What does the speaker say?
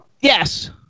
yes